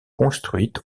construite